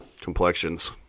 complexions